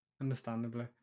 understandably